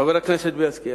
חבר הכנסת בילסקי,